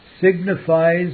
signifies